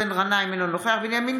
אינו נוכח נפתלי בנט,